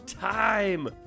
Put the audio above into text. time